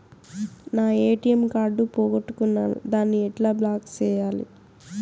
నా ATM card పోగొట్టుకున్నాను, దాన్ని ఎట్లా బ్లాక్ సేయాలి?